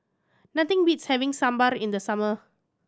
nothing beats having Sambar in the summer